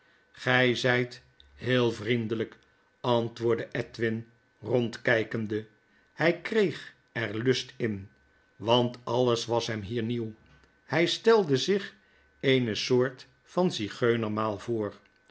zyt heel vriendelyk antwoordde edwin rond kykende hy kreeg er lust in wantalles was hem hier nieuw hy stelde zich eene soort van zigeuner maal voor